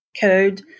Code